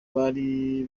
bari